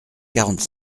quarante